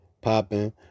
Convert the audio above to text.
popping